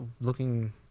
looking